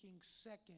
second